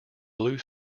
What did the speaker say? blue